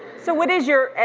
so what is your,